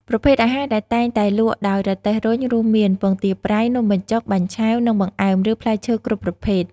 ប្រភេទអាហារដែលតែងតែលក់ដោយរទេះរុញ រួមមាន ពងទាប្រៃ នំបញ្ចុក បាញ់ឆែវ និងបង្អែម ឬផ្លែឈើគ្រប់ប្រភេទ។